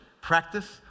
practice